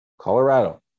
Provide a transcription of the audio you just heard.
Colorado